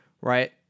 right